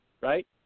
Right